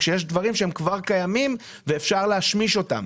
כל זה כשיש דברים שכבר קיימים ואפשר להשמיש אותם.